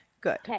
good